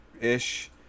ish